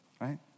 right